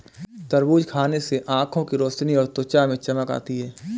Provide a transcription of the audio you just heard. तरबूज खाने से आंखों की रोशनी और त्वचा में चमक आती है